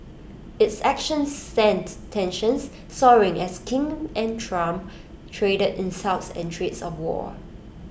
its actions sent tensions soaring as Kim and Trump traded insults and threats of war